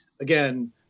again